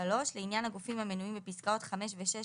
(3)לעניין הגופים המנויים בפסקאות (5) ו-(6)